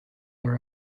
are